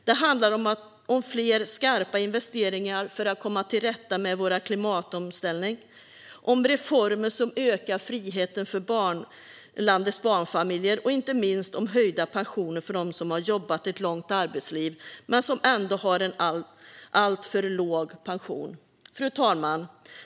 Det handlar även om fler skarpa investeringar för att komma till rätta med vår klimatomställning, om reformer som ökar friheten för landets barnfamiljer och inte minst om höjda pensioner för dem som har jobbat ett långt arbetsliv men som ändå har en alltför låg pension. Fru talman!